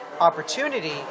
opportunity